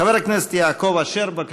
חבר הכנסת יעקב אשר, בבקשה.